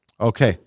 Okay